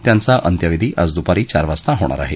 त्यांचा अंत्यविधी आज दूपारी चार वाजता वाजता होणार आहे